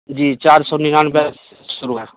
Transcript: जी चार सौ निन्यानवे शुरू है